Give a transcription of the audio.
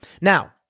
Now